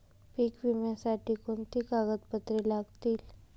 पीक विम्यासाठी कोणती कागदपत्रे लागतील?